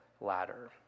ladder